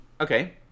okay